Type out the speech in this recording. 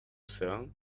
song